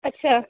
ଆଚ୍ଛା